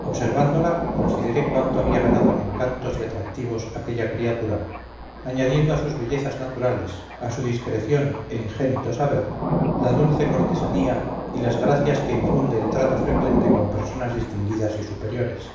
observándola consideré cuánto había ganado en encantos y atractivos aquella criatura añadiendo a sus bellezas naturales a su discreción e ingénito saber la dulce cortesanía y las gracias que infunde el trato frecuente con personas distinguidas y superiores